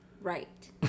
Right